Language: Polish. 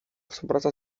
współpraca